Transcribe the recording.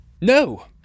No